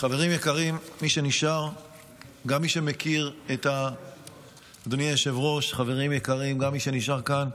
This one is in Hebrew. חברים יקרים, אדוני היושב-ראש, גם מי שנשאר כאן,